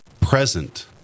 present